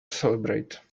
celebrate